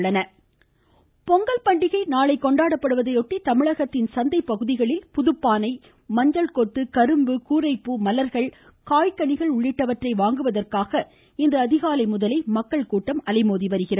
தைத்திருநாளாம் பொங்கல் பண்டிகை நாளை கொண்டாடப்படுவதையொட்டி தமிழகத்தின் சந்தை பகுதிகளில் புதுப்பானை மஞ்சள்கொத்து கரும்பு கூரைப்பூ மலர்கள் காய்கனிகள் உள்ளிட்டவற்றை வாங்குவதற்காக இன்று அதிகாலை முதலே மக்கள் கூட்டம் அலைமோதுகிறது